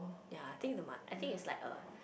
ya I think the mo~ I think it's like a